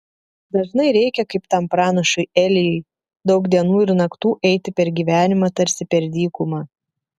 dažnai reikia kaip tam pranašui elijui daug dienų ir naktų eiti per gyvenimą tarsi per dykumą